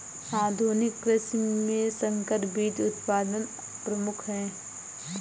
आधुनिक कृषि में संकर बीज उत्पादन प्रमुख है